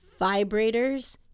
Vibrators